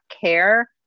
care